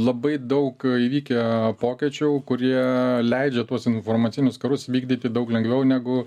labai daug įvykę pokyčių kurie leidžia tuos informacinius karus vykdyti daug lengviau negu